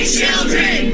children